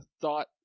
thought